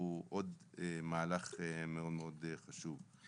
הוא עוד מהלך מאוד מאוד חשוב.